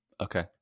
okay